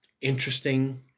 Interesting